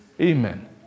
Amen